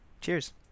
Cheers